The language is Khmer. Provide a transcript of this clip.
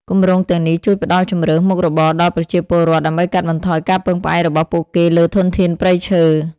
គម្រោងទាំងនេះជួយផ្តល់ជម្រើសមុខរបរដល់ប្រជាពលរដ្ឋ ដើម្បីកាត់បន្ថយការពឹងផ្អែករបស់ពួកគេលើធនធានព្រៃឈើ។